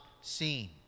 seen